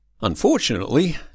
Unfortunately